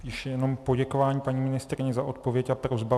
Spíše jenom poděkování paní ministryni za odpověď a prosba.